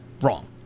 wrong